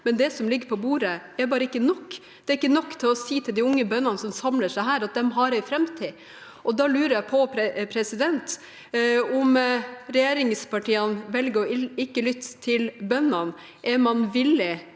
spørretime 2024 ger på bordet, er bare ikke nok. Det er ikke nok til å si til de unge bøndene som samler seg her, at de har en framtid. Da lurer jeg på – om regjeringspartiene velger å ikke lytte til bøndene: Er man villig